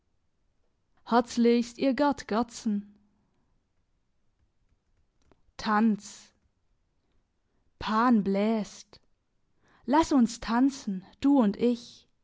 herzlichst ihr gerd gerdsen tanz pan bläst lass uns tanzen du und ich